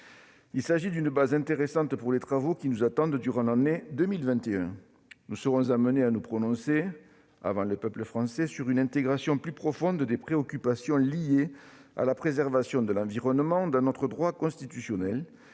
Il s'agit d'une base intéressante pour les travaux qui nous attendent durant l'année 2021. Nous serons amenés à nous prononcer, avant le peuple français, sur une intégration plus profonde des préoccupations liées à la préservation de l'environnement dans notre droit constitutionnel.